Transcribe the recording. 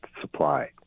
supply